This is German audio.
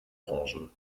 branchen